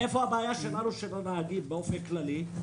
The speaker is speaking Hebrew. איפה הבעיה שלנו, של הנהגים, באופן כללי?